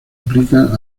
aplican